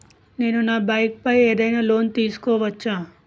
నేను నా బైక్ పై ఏదైనా లోన్ తీసుకోవచ్చా?